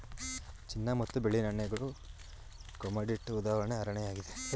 ಚಿನ್ನ ಮತ್ತು ಬೆಳ್ಳಿ ನಾಣ್ಯಗಳು ಕಮೋಡಿಟಿಗೆ ಉದಾಹರಣೆಯಾಗಿದೆ